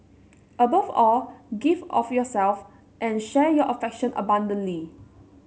above all give of yourself and share your affection abundantly